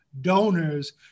donors